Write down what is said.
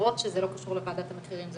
למרות שזה לא קשור לוועדת המחירים,